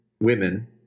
women